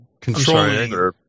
controlling